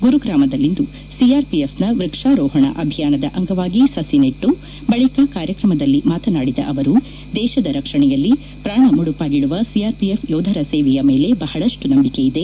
ಗುರುಗ್ರಾಮದಲ್ಲಿಂದು ಸಿಆರ್ಪಿಎಫ್ನ ವೃಕ್ಷಾರೋಹಣ ಅಭಿಯಾನದ ಅಂಗವಾಗಿ ಸುಿ ನೆಟ್ಟು ಬಳಿಕ ಕಾರ್ಯಕ್ರಮದಲ್ಲಿ ಮಾತನಾಡಿದ ಅವರು ದೇಶದ ರಕ್ಷಣೆಯಲ್ಲಿ ಪ್ರಾಣ ಮುಡುಪಾಗಿಡುವ ಸಿಆರ್ಪಿಎಫ್ ಯೋಧರ ಸೇವೆಯ ಮೇಲೆ ಬಹಳಷ್ಟು ನಂಬಿಕೆ ಇದೆ